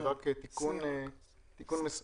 תיקון מסוים.